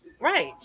Right